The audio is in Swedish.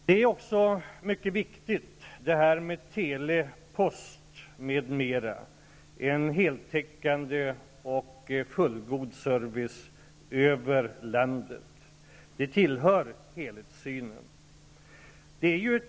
Det är också mycket viktigt att telekommunikationer, post m.m. fungerar med en heltäckande och fullgod service över landet. Det tillhör helhetssynen.